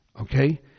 Okay